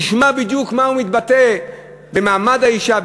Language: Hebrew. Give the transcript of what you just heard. נשמע בדיוק איך הוא מתבטא על מעמד האישה,